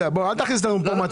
אל תכניס אותנו למצפון.